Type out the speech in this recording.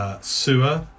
Sewer